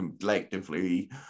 collectively